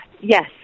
yes